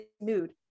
mood